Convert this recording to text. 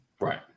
right